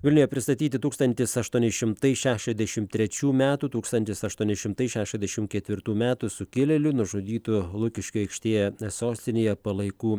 vilniuje pristatyti tūkstantis aštuoni šimtai šešiasdešim trečių metų tūkstantis aštuoni šimtai šešiasdešim ketvirtų metų sukilėlių nužudytų lukiškių aikštėje sostinėje palaikų